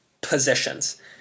positions